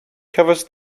covers